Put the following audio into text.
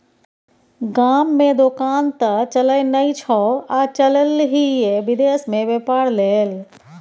गाममे दोकान त चलय नै छौ आ चललही ये विदेश मे बेपार लेल